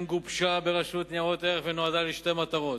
גובשה ברשות ניירות ערך ונועדה לשתי מטרות.